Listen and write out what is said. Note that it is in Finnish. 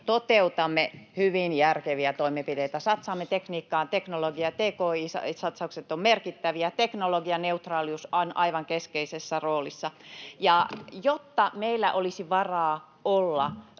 toteutamme hyvin järkeviä toimenpiteitä. Satsaamme tekniikkaan ja teknologiaan. Tki-satsaukset ovat merkittäviä, teknologianeutraalius on aivan keskeisessä roolissa. Jotta meillä olisi varaa olla